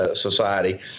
society